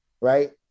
right